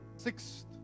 sixth